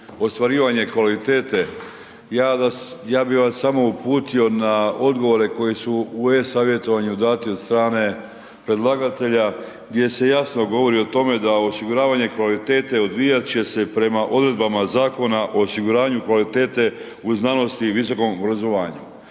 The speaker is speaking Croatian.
ostvarivanje kvalitete, ja bi vas samo uputio na odgovore koji su u e-savjetovanju dati od strane predlagatelja gdje se jasno govori o tome da osiguravanje kvalitete odvijat će se prema odredbama Zakona o osiguranju kvalitete u znanosti i visokom obrazovanju.